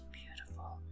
beautiful